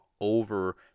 over